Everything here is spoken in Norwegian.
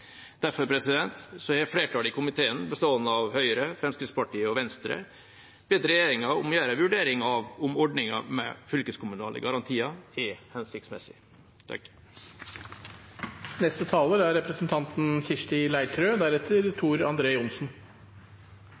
Derfor har flertallet i komiteen, bestående av Høyre, Fremskrittspartiet og Venstre, bedt regjeringa om å gjøre en vurdering av om ordningen med fylkeskommunale garantier er hensiktsmessig.